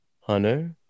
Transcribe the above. Hunter